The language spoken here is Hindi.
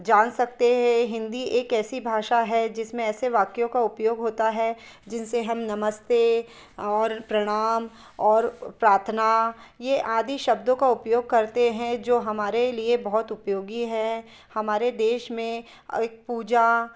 जान सकते हैं हिंदी एक ऐसी भाषा है जिसमें ऐसे वाक्यों का उपयोग होता है जिनसे हम नमस्ते और प्रणाम और प्रार्थना ये आदि शब्दों का उपयोग करते हैं जो हमारे लिए बहुत उपयोगी है हमारे देश में एक पूजा